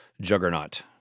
juggernaut